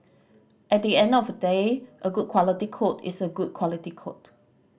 at the end of the day a good quality code is a good quality code